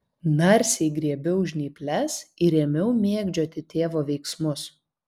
narsiai griebiau žnyples ir ėmiau mėgdžioti tėvo veiksmus